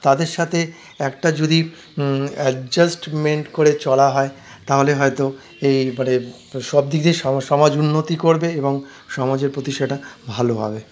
তাদের সাথে একটা যদি অ্যাডজাস্টমেন্ট করে চলা হয় তাহলে হয়তো এই মানে সবদিক দিয়ে সমাজ উন্নতি করবে এবং সমাজের প্রতি সেটা ভালো হবে